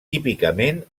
típicament